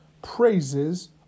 Praises